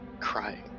crying